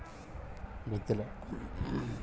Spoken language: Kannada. ನಮ್ಮ ಭಾರತದಲ್ಲಿ ಸಾವಯವ ಕೃಷಿಗೆ ಜಾಸ್ತಿ ಮಹತ್ವ ಇಲ್ಲ ಯಾಕೆ?